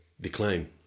decline